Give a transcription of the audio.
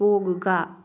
പോകുക